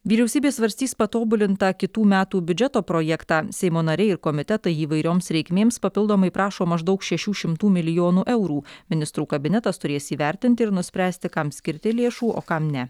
vyriausybė svarstys patobulintą kitų metų biudžeto projektą seimo nariai ir komitetai įvairioms reikmėms papildomai prašo maždaug šešių šimtų milijonų eurų ministrų kabinetas turės įvertinti ir nuspręsti kam skirti lėšų o kam ne